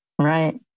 Right